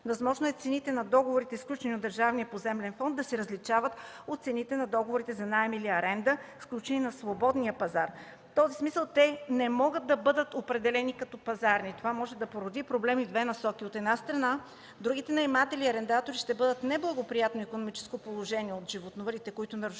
Възможно е цените на договорите, сключени от Държавния поземлен фонд, да се различават от цените на договорите за наем или аренда, сключени на свободния пазар. В този смисъл те не могат да бъдат определени като пазарни. Това може да породи проблеми в две насоки. От една страна, другите наематели и арендатори ще бъдат в неблагоприятно икономическо положение от животновъдите, които нарушават